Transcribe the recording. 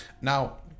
now